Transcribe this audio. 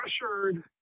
pressured